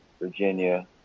Virginia